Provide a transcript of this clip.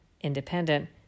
independent